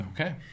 Okay